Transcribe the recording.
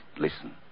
listen